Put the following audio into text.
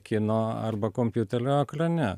kino arba kompiutelio ekrane